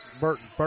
Burton